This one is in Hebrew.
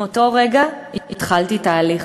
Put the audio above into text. מאותו רגע התחלתי תהליך,